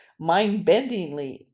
mind-bendingly